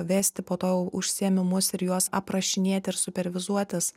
vesti po to užsiėmimus ir juos aprašinėti ir supervizuotis